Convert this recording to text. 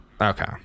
Okay